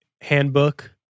handbook